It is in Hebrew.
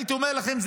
הייתי אומר לכם,